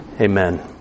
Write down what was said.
Amen